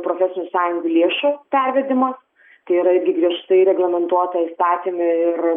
profesinių sąjungų lėšų pervedimas tai yra irgi griežtai reglamentuota įstatyme ir